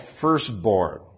firstborn